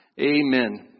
Amen